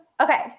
Okay